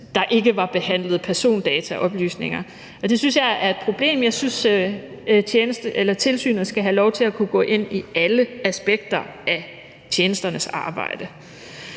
der ikke var behandlet persondataoplysninger. Det synes jeg er et problem. Jeg synes, at tilsynet skal have lov til at kunne gå ind i alle aspekter af tjenesternes arbejde.